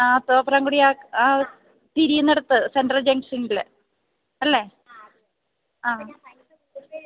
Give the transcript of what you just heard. ആ തോപ്രാംകുടി ആ ആ തിരിയുന്നിടത്ത് സെൻട്രൽ ജംഗ്ഷനില് അല്ലെ ആ